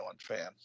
fan